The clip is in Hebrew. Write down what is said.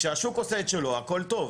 כשהשוק עושה את שלו הכל טוב,